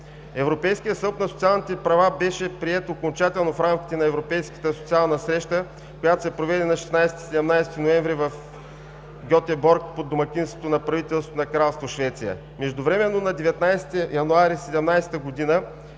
Европейският съд на социалните права беше приет окончателно в рамките на Европейската социална среща, която се проведе на 16 и 17 ноември в Гьотеборг, под домакинството на правителството на Кралство Швеция. Междувременно на 19 януари 2017 г.